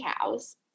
cows